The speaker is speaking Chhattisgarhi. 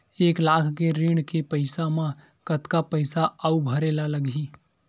एक लाख के ऋण के पईसा म कतका पईसा आऊ भरे ला लगही?